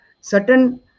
certain